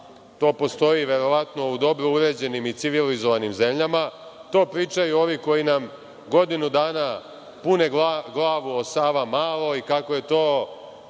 to postoje verovatno u dobro uređenim i civilizovanim zemljama, to pričaju ovi koji nam godinu dana pune glavu o Savamaloj, kako je to